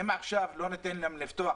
אם עכשיו לא ניתן להם לפתוח